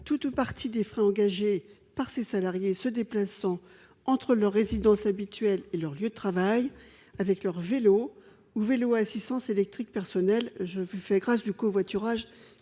tout ou partie des frais engagés par ses salariés se déplaçant entre leur résidence habituelle et leur lieu de travail avec leur vélo ou vélo à assistance électrique personnel [...].» Je vous fais grâce du covoiturage,